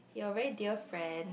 he a very dear friend